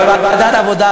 אבל ועדת העבודה,